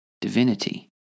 divinity